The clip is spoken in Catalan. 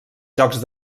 jocs